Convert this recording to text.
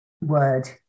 word